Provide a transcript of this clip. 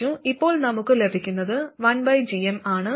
ഇപ്പോൾ നമുക്ക് ലഭിക്കുന്നത് 1gm ആണ്